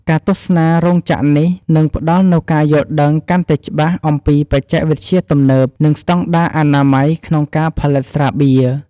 ការទស្សនារោងចក្រនេះ នឹងផ្ដល់នូវការយល់ដឹងកាន់តែច្បាស់អំពីបច្ចេកវិទ្យាទំនើប និងស្តង់ដារអនាម័យក្នុងការផលិតស្រាបៀរ។